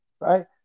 right